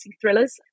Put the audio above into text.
thrillers